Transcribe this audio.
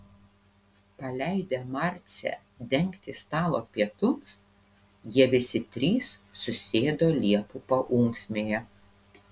paleidę marcę dengti stalo pietums jie visi trys susėdo liepų paūksmėje